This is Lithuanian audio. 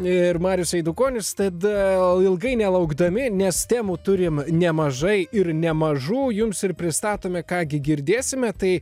ir marius eidukonis tada ilgai nelaukdami nes temų turim nemažai ir nemažų jums ir pristatome ką gi girdėsime tai